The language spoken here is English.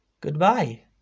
goodbye